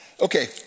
okay